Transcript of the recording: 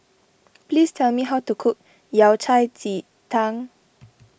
please tell me how to cook Yao Cai Ji Tang